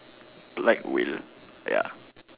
like wheel ya